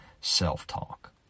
self-talk